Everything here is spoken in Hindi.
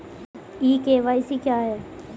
ई के.वाई.सी क्या है?